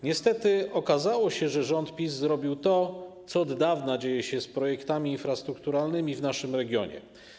Niestety okazało się, że rząd PiS zrobił to, co od dawna dzieje się z projektami infrastrukturalnymi w naszym regionie.